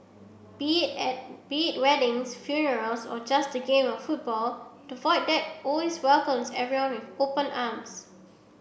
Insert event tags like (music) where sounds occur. be (unintelligible) be it weddings funerals or just game of football the Void Deck always welcomes everyone with open arms